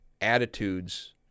attitudes